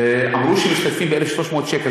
אמרו שמשתתפים ב-1,300 שקל.